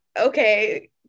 okay